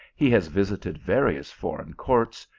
he has visited various foreign courts,